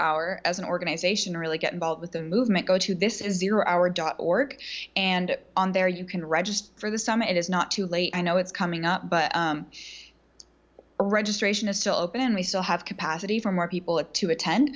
hour as an organization really get involved with the movement go to this is your hour dot org and on there you can register for the summit is not too late i know it's coming up but registration is still open and we still have capacity from our people at to attend